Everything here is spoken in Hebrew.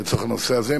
לצורך הנושא הזה,